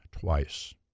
twice